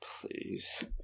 Please